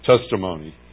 testimony